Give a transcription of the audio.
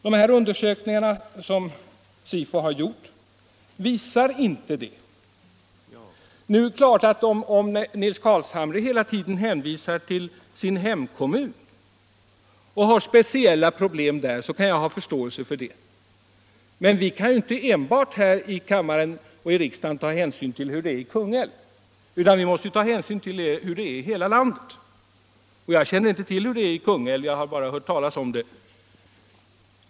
De undersökningar som Sifo har gjort visar inte detta. Om Nils Carlshamre hela tiden hänvisar till sin hemkommun och har speciella problem där, så kan jag ha förståelse för det. Men här i riksdagen skall vi ju inte bara ta hänsyn till hur det är i Kungälv, utan vi måste se till hur det är i hela landet. Jag känner inte till hur det är i Kungälv; jag har bara hört talas om det.